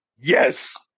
Yes